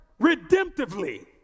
redemptively